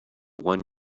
one